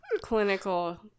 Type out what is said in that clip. clinical